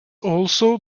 also